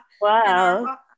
Wow